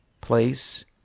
place